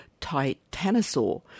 Titanosaur